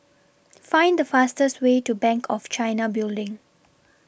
Find The fastest Way to Bank of China Building